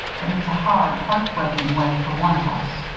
but it's a hard, heart-breaking way for one of us.